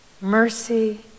Mercy